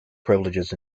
privileges